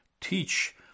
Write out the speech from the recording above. teach